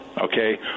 okay